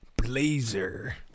blazer